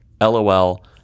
LOL